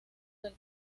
del